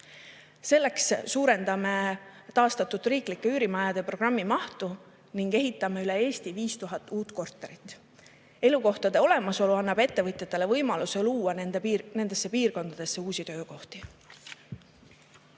suurendame taastatud riiklike üürimajade programmi mahtu ning ehitame üle Eesti 5000 uut korterit. Elukohtade olemasolu annab ettevõtjatele võimaluse luua nendesse piirkondadesse uusi töökohti.